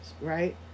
right